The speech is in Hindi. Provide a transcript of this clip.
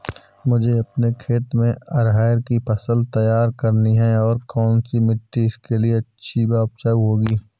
मुझे अपने खेत में अरहर की फसल तैयार करनी है और कौन सी मिट्टी इसके लिए अच्छी व उपजाऊ होगी?